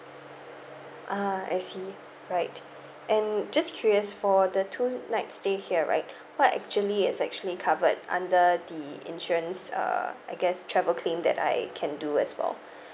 ah I see right and just curious for the two nights stay here right what actually is actually covered under the insurance uh I guess travel claim that I can do as well